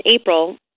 April